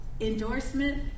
endorsement